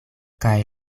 kaj